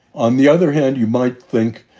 on the other hand, you might think,